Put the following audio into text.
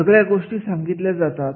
सगळ्या गोष्टी सांगितल्या जातात